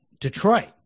Detroit